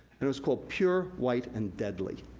and it was called pure white and deadly.